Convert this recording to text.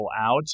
out